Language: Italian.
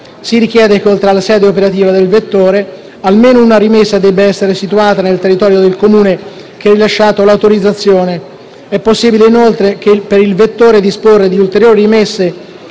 si richiede che, oltre alla sede operativa del vettore, almeno una rimessa debba essere situata nel territorio del Comune che ha rilasciato l'autorizzazione. È possibile inoltre per il vettore disporre di ulteriori rimesse